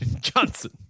Johnson